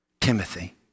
Timothy